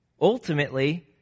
Ultimately